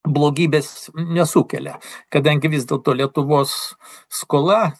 blogybės nesukelia kadangi vis dėlto lietuvos skola